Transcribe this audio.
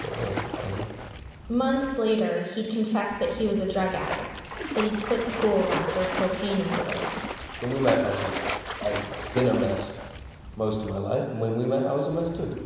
alright, fine months later he'd confess that he was a drug addict, that he'd quit school after a cocaine overdose when we met i was a mess. i've been a mess most of my life, and when we met i was a mess too.